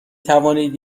توانید